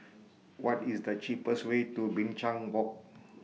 What IS The cheapest Way to Binchang Walk